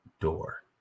door